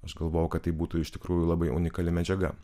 aš galvoju kad tai būtų iš tikrųjų labai unikali medžiaga